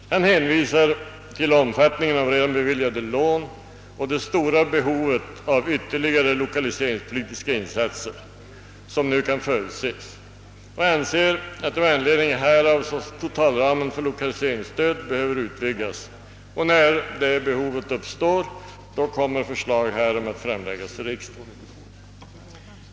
Han hänvisar till omfattningen av redan beviljade lån och det stora behov av ytterligare lokaliseringspolitiska insatser som nu kan förutses och anser med anledning härav att totalramen för lokaliseringsstöd kommer att behöva vidgas. När detta behov uppstår kommer förslag härom att föreläggas riksdagen.